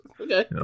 Okay